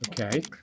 Okay